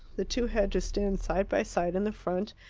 the two had to stand side by side in the front,